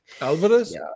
Alvarez